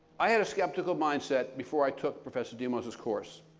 i had a skeptical mindset before i took professor demos's course.